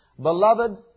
Beloved